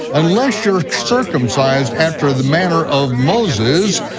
unless you're circumcised after the manner of moses,